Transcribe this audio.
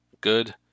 good